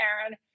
Aaron